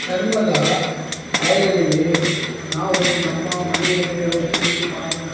ಚರ್ಮದ ಕಾಯಿಲೆಗೆ ನಾವು ನಮ್ಮ ಮನೆಯಲ್ಲೇ ಔಷಧಿ ಮಾಡಿ ಕೊಡುತ್ತೇವೆ